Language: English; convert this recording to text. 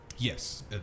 Yes